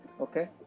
Okay